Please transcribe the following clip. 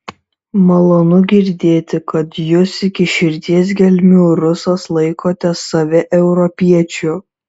malonu girdėti kad jūs iki širdies gelmių rusas laikote save europiečiu